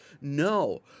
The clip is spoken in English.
No